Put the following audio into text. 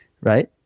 right